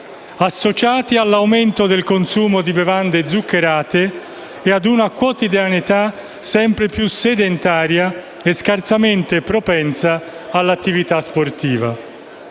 associati all'aumento del consumo di bevande zuccherate e ad una quotidianità sempre più sedentaria e scarsamente propensa all'attività sportiva.